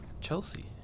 Chelsea